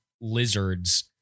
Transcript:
lizards